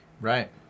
Right